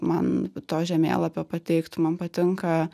man to žemėlapio pateiktų man patinka